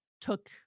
took